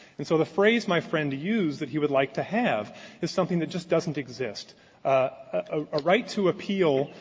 and so the phrase my friend used that he would like to have is something that just doesn't exist a right to appeal,